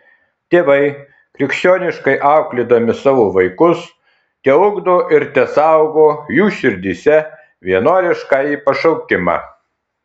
tėvai krikščioniškai auklėdami savo vaikus teugdo ir tesaugo jų širdyse vienuoliškąjį pašaukimą